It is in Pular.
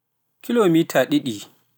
Kiloomiita ɗiɗi.